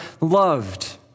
loved